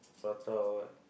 prata or what